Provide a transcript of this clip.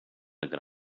ground